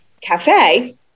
cafe